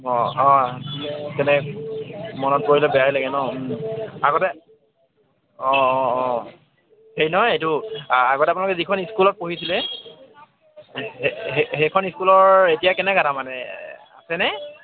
অঁ অঁ তেনে মনত পৰিলে বেয়াই লাগে ন আগতে অঁ অঁ অঁ সেই নহয় এইটো আগতে আপোনালোকে যিখন স্কুলত পঢ়িছিলে সেইখন স্কুলৰ এতিয়া কেনেকা তাৰমানে আছেনে